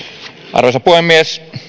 arvoisa puhemies